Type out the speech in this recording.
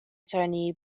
tony